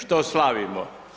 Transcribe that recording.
Što slavimo?